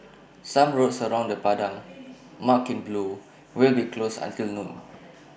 some roads around the Padang marked in blue will be closed until noon